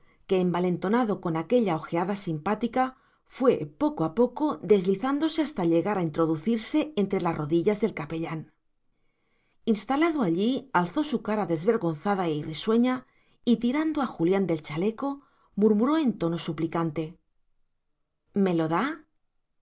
que envalentonado con aquella ojeada simpática fue poco a poco deslizándose hasta llegar a introducirse entre las rodillas del capellán instalado allí alzó su cara desvergonzada y risueña y tirando a julián del chaleco murmuró en tono suplicante me lo da